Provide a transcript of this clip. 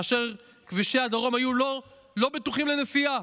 כאשר כבישי הדרום היו לא בטוחים לנסיעה.